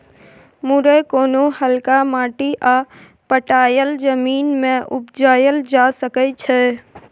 मुरय कोनो हल्का माटि आ पटाएल जमीन मे उपजाएल जा सकै छै